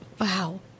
wow